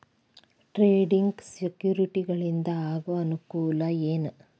trading ಸೆಕ್ಯುರಿಟಿಗಳಿಂದ ಆಗೋ ಅನುಕೂಲ ಏನ